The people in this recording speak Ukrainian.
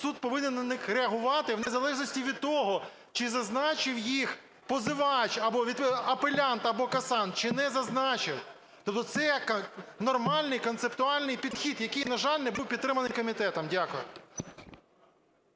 суд повинен на них реагувати, в незалежності від того, чи зазначив їх позивач або апелянт, або касант, чи не зазначив. Тобто це нормальний концептуальний підхід, який, на жаль, не був підтриманий комітетом. Дякую.